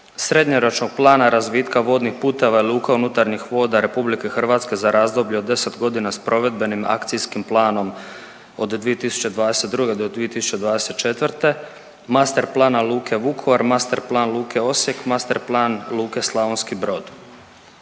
srednjoročnog plana razvitka vodnih puteva i luka unutarnjih voda Republike Hrvatske za razdoblje od 10 godina sa provedbenim akcijskim planom od 2022. do 2024., master plana luke Vukovar, master plan luke Osijek, master plan luke Slavonski Brod.